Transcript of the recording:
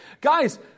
Guys